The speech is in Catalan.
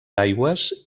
aigües